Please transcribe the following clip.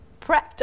prepped